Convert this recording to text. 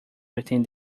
within